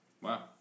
Wow